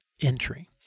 entry